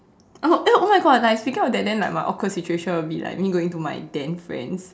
oh eh oh my God like speaking about that then like my awkward situation will be like me going to my Dan friend's